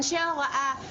אנשי הוראה,